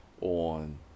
on